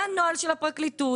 זה הנוהל של הפרקליטות,